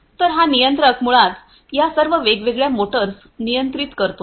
तर हा नियंत्रक मुळात या सर्व वेगवेगळ्या मोटर्स नियंत्रित करतो